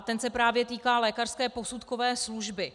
Ten se právě týká lékařské posudkové služby.